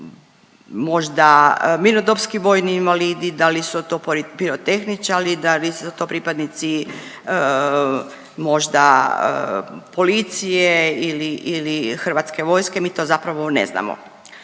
su to možda mirnodopski vojni invalidi, da li su to pirotehničari, da li su to pripadnici možda policije ili, ili Hrvatske vojske, mi to zapravo ne znamo.